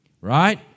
right